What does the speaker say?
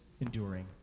enduring